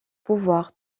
pouvoir